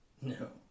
No